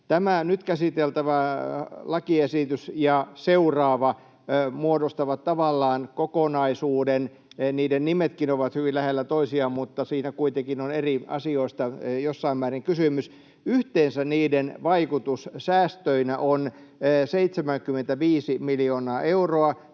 Tämä nyt käsiteltävä lakiesitys ja seuraava muodostavat tavallaan kokonaisuuden. Niiden nimetkin ovat hyvin lähellä toisiaan, mutta niissä kuitenkin on jossain määrin eri asioista kysymys. Yhteensä niiden vaikutus säästöinä on 75 miljoonaa euroa,